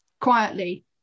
quietly